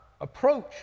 approach